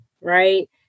right